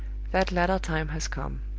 that latter time has come.